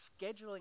scheduling